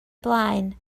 blaen